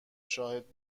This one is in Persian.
شاهد